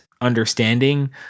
understanding